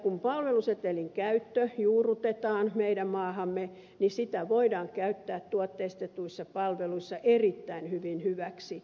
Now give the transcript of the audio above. kun palvelusetelin käyttö juurrutetaan meidän maahamme niin sitä voidaan käyttää tuotteistetuissa palveluissa erittäin hyvin hyväksi